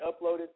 uploaded